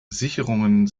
sicherungen